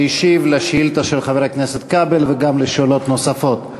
שהשיב על שאילתה של חבר הכנסת כבל וגם על שאלות נוספות.